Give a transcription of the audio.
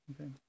okay